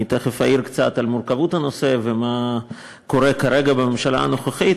אני תכף אעיר קצת על מורכבות הנושא ומה קורה כרגע בממשלה הנוכחית,